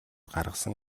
гаргасан